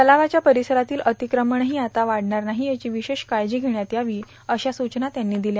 तलावाच्या परिसरातील अतिक्रमणझी आता वाढणार नाही याची विशेष काळजी घेण्यात यावी अशा सूचनाही त्यांनी दिल्या